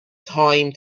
time